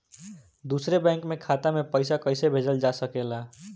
दूसरे बैंक के खाता में पइसा कइसे भेजल जा सके ला?